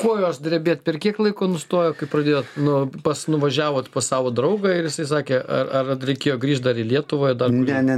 kojos drebėt per kiek laiko nustojo kai pradėjot nuo pas nuvažiavote pas savo draugą ir jisai sakė ar ar reikėjo grįžt dar į lietuvą dar ne ne